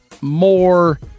more